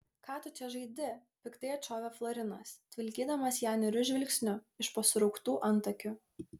ką tu čia žaidi piktai atšovė florinas tvilkydamas ją niūriu žvilgsniu iš po surauktų antakių